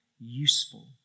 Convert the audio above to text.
useful